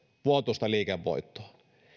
vuotuista liikevoittoa